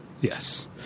yes